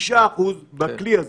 ל-60% מהאוכלוסייה